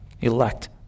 elect